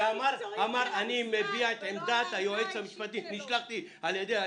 ואמר: אני מביע את עמדת היועץ המשפטי לממשלה.